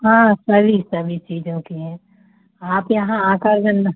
हाँ सभी सभी चीज़ों की हैं आप यहाँ आ करके अपना